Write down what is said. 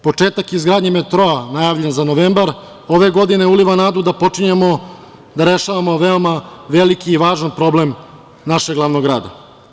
Početak izgradnje metroa, najavljen za novembar ove godine, uliva nadu da počinjemo da rešavamo veoma veliki i važan problem našeg glavnog grada.